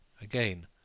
Again